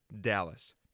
Dallas